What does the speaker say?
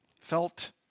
felt